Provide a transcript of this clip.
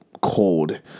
cold